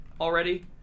already